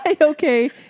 Okay